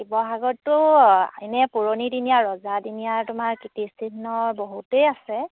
শিৱসাগৰটো এনেই পুৰণি দিনীয়া ৰজাদিনীয়া তোমাৰ কীৰ্তিচিহ্ন বহুতেই আছে